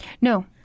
No